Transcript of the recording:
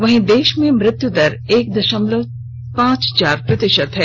वहीं देश में मृत्यु दर एक दशमलव पांच चार प्रतिशत है